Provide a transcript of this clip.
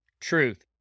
Truth